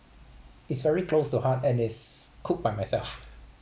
it's very close to heart and it's cooked by myself